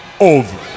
over